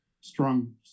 strong